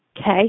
okay